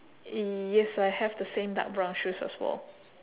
yes I have the same dark brown shoes as well